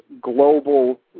global